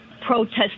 protest